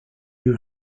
who